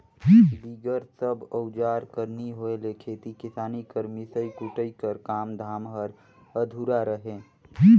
बिगर सब अउजार कर नी होए ले खेती किसानी कर मिसई कुटई कर काम धाम हर अधुरा रहें